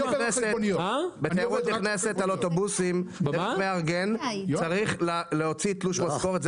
בתיירות נכנסת על אוטובוסים צריך להוציא תלוש משכורת,